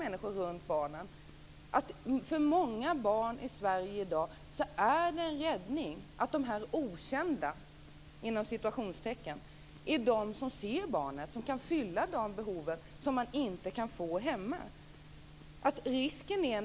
Inser man inte att det för många barn i Sverige i dag är en räddning att dessa "okända" ser dem och kan tillgodose de behov som inte kan bli tillgodosedda hemma?